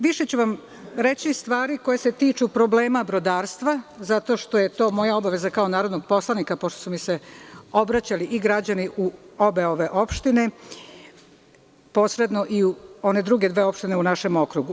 Više ću vam reći stvari koje se tiču problema brodarstva, zato što je to moja obaveza kao narodnog poslanika, poštu su mi se obraćali građani u obe ove opštine, posredno i u one druge dve opštine u našem okrugu.